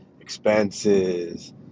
expenses